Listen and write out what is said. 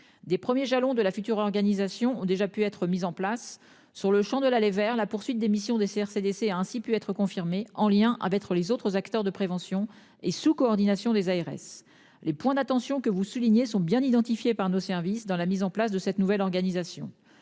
des premiers jalons de la future organisation ont déjà pu être mises en place sur le Champ de l'aller vers la poursuite des missions des CDC a ainsi pu être confirmée en lien à être les autres acteurs de prévention et sous coordination des ARS, les points d'attention que vous soulignez sont bien identifié par nos services dans la mise en place de cette nouvelle organisation